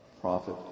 prophet